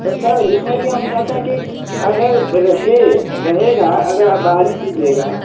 पर सर इसमें भी हम चाहते हैं कि अगर रहे रहेगा अगर आप बहाली कीजिएगा